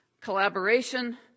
collaboration